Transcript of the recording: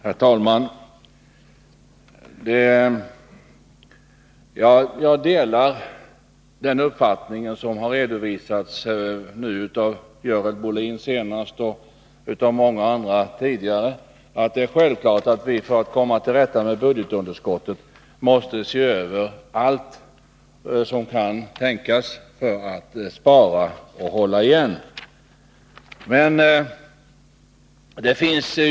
Herr talman! Jag delar den uppfattning som nu senast har redovisats av Görel Bohlin och tidigare av många andra: att det är självklart att vi för att komma till rätta med budgetunderskottet måste se över allt som kan tänkas för att spara och hålla igen på utgifterna.